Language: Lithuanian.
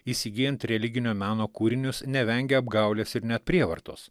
įsigyjant religinio meno kūrinius nevengia apgaulės ir net prievartos